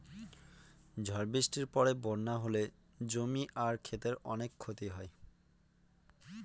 ঝড় বৃষ্টির পরে বন্যা হলে জমি আর ক্ষেতের অনেক ক্ষতি হয়